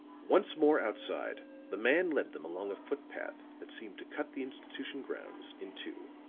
once more outside, the man led them along a foot-path that seemed to cut the institution grounds in two.